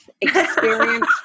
experience